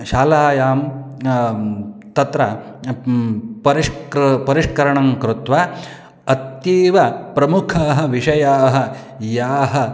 शालायां तत्र परिष्करणं परिष्करणं कृत्वा अतीव प्रमुखाः विषयाः याः